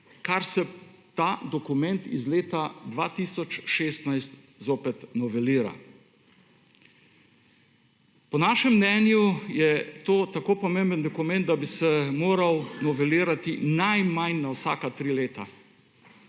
kar se ta dokument iz leta 2016 zopet novelira. Po našem mnenju je to tako pomemben dokument, da bi se moral novelirati najmanj na vsaka tri leta,